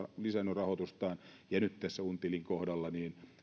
rahoitustaan ja nyt tässä untilin kohdalla